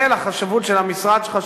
ולחשבות של המשרד שלך,